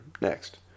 Next